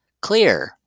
clear